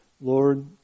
Lord